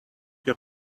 your